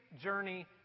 journey